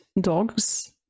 dogs